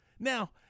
Now